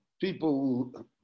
people